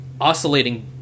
oscillating